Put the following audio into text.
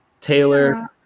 Taylor